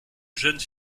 jeunes